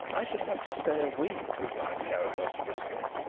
i should have to stay a week, replied carrados briskly,